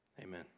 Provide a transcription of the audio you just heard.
Amen